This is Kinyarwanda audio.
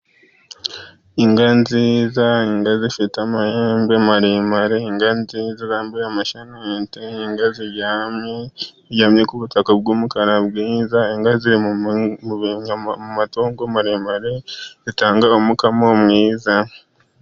Inka nziza, inka zifite amahembe maremare, inka nziza zambaye amashanete, inka ziryamye, ziryamye ku butaka bw'umukara bwiza. Inka ziri mu matungo maremare, zitanga umukamo mwiza.